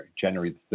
January